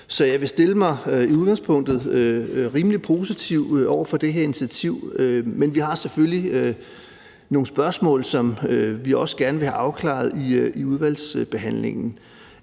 Så jeg vil i udgangspunktet stille mig rimelig positivt over for det her initiativ, men vi har selvfølgelig nogle spørgsmål, som vi også gerne vil have afklaret i udvalgsbehandlingen,